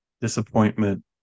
disappointment